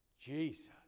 Jesus